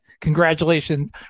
Congratulations